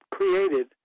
created